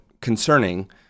concerning